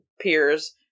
peers